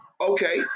Okay